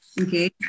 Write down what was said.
okay